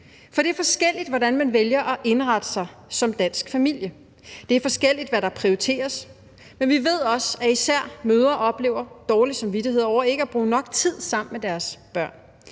for det er forskelligt, hvordan man vælger at indrette sig som dansk familie. Det er forskelligt, hvad der prioriteres, men vi ved også, at især mødre oplever dårlig samvittighed over ikke at bruge nok tid sammen med deres børn.